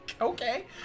okay